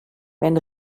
wenn